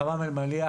בחמאם אל מליח,